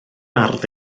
ardd